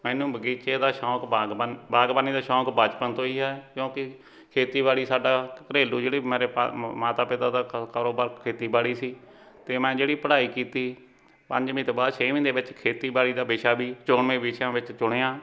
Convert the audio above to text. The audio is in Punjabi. ਮੈਨੂੰ ਬਗੀਚੇ ਦਾ ਸ਼ੌਕ ਬਾਗਬਾ ਬਾਗਬਾਨੀ ਦਾ ਸ਼ੌਕ ਬਚਪਨ ਤੋਂ ਹੀ ਹੈ ਕਿਉਂਕਿ ਖੇਤੀਬਾੜੀ ਸਾਡਾ ਘਰੇਲੂ ਜਿਹੜੀ ਮੇਰੇ ਮਾਤਾ ਪਿਤਾ ਦਾ ਕ ਕਾਰੋਬਾਰ ਖੇਤੀਬਾੜੀ ਸੀ ਅਤੇ ਮੈਂ ਜਿਹੜੀ ਪੜ੍ਹਾਈ ਕੀਤੀ ਪੰਜਵੀਂ ਤੋਂ ਬਾਅਦ ਛੇਵੀਂ ਦੇ ਵਿੱਚ ਖੇਤੀਬਾੜੀ ਦਾ ਵਿਸ਼ਾ ਵੀ ਚੋਣਵੇਂ ਵਿਸ਼ਿਆਂ ਵਿੱਚ ਚੁਣਿਆ